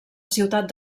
ciutat